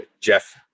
Jeff